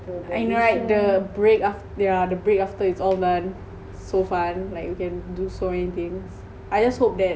I know right the break off yeah the break after it's all done so fun like you can do so many things I just hope that